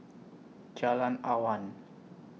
Jalan Awan